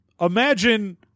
imagine